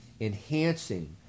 enhancing